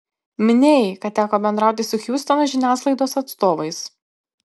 minėjai kad teko bendrauti su hjustono žiniasklaidos atstovais